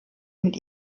mit